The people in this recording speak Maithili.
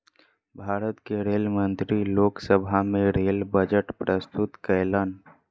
भारत के रेल मंत्री लोक सभा में रेल बजट प्रस्तुत कयलैन